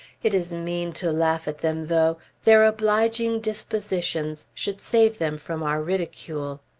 it is mean to laugh at them, though their obliging dispositions should save them from our ridicule.